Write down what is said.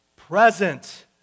present